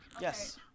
Yes